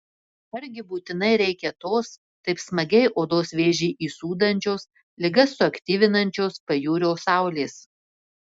argi būtinai reikia tos taip smagiai odos vėžį įsūdančios ligas suaktyvinančios pajūrio saulės